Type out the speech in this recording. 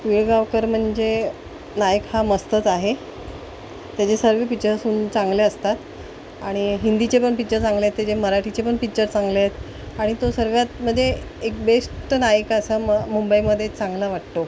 पिळगावकर म्हणजे नायक हा मस्तच आहे त्याचे सर्व पिच्चर्सून चांगले असतात आणि हिंदीचे पण पिच्चर चांगले आहेत त्याचे मराठीचे पण पिच्चर चांगले आहेत आणि तो सर्वात मध्ये एक बेस्ट नायक असा म मुंबईमध्ये चांगला वाटतो